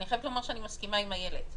אני חייבת לומר שאני מסכימה עם איילת.